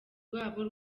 rwabo